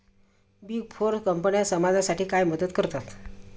Big four कंपन्या समाजासाठी काय मदत करतात?